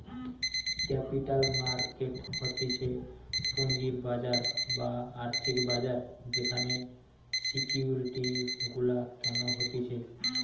capital market হতিছে পুঁজির বাজার বা আর্থিক বাজার যেখানে সিকিউরিটি গুলা কেনা হতিছে